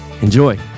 Enjoy